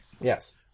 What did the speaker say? Yes